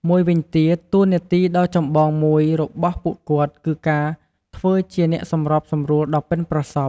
មួយវិញទៀត តួនាទីដ៏ចំបងមួយរបស់ពួកគាត់ គឺការធ្វើជា អ្នកសម្របសម្រួល ដ៏ប៉ិនប្រសប់។